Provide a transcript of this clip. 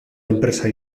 enpresa